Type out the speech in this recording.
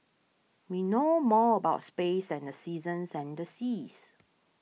we know more about space than the seasons and the seas